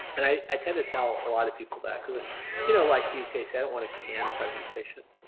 i tend to tell a lot of people that because ah you know like you, casey, i don't want a canned presentation.